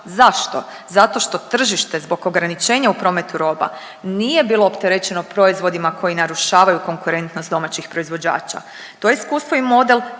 Zašto? Zato što tržište zbog ograničenja u prometu roba nije bilo opterećeno proizvodima koji narušavaju konkurentnost domaćih proizvođača. To iskustvo i model